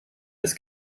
des